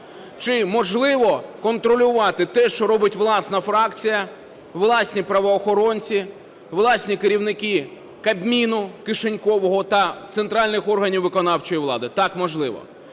Чи можливо контролювати те, що робить власна фракція, власні правоохоронці, власні керівники Кабміну кишенькового, та центральних органів виконавчої влади? Так, можливо.